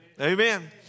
Amen